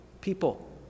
people